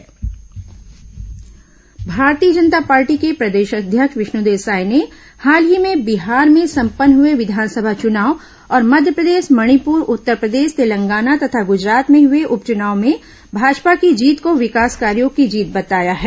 भाजपा अध्यक्ष बयान भारतीय जनता पार्टी के प्रदेश अध्यक्ष विष्णुदेव साय ने हाल ही में बिहार में संपन्न हुए विधानसभा चुनाव और मध्यप्रदेश मणिपुर उत्तरप्रदेश तेलंगाना तथा ग्जरात में हुए उपचुनाव में भाजपा की र्जीत को विकास कार्यो की जीत बताया है